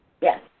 Yes